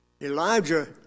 Elijah